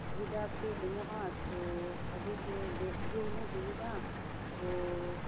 ᱥᱩᱵᱤᱫᱷᱟᱯᱮ ᱮᱢᱚᱜᱼᱟ ᱛᱚ ᱟᱹᱰᱤᱜᱮ ᱵᱮᱥᱜᱮ ᱦᱩᱱᱟᱹᱝ ᱦᱩᱭᱩᱜᱼᱟ ᱛᱚ